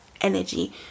energy